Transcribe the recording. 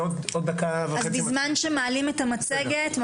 אז בזמן שמעלים את המצגת,